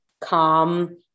calm